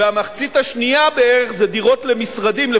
והמחצית השנייה, בערך, זה דירות למשרדים.